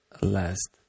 last